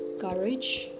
Courage